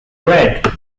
red